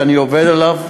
ואני עובד עליו,